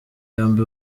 yombi